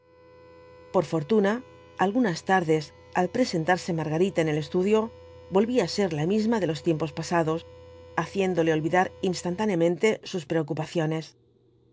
por fortuna algunas tardes al presentarse margarita en el estudio volvía á ser la misma de los tiempos pasados haciéndole olvidar instantáneamente sus preocupaciones